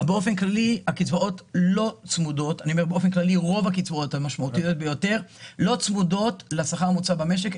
באופן כללי רוב הקצבאות המשמעותיות ביותר לא צמודות לשכר הממוצע במשק,